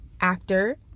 actor